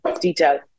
detail